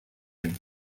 him